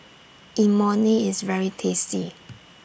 Imoni IS very tasty